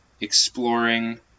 exploring